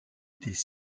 étaient